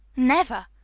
never!